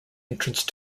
entrance